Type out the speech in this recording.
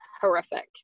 horrific